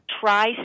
try